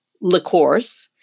liqueurs